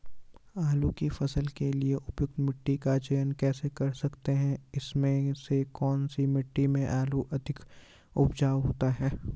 आलू की फसल के लिए उपयुक्त मिट्टी का चयन कैसे कर सकते हैं इसमें से कौन सी मिट्टी में आलू अधिक उपजाऊ होता है?